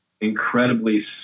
incredibly